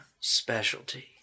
Specialty